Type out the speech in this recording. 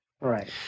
Right